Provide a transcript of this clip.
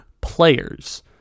players